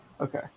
Okay